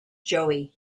joey